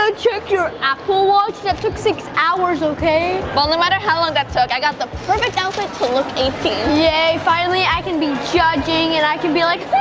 ah check your apple watch, that took six hours, okay? well, no matter how long that took, i got the perfect outfit to look eighteen. yay, finally i can be judging and i can be like,